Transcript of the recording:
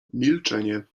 milczenie